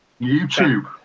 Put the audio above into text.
YouTube